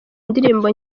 indirimbo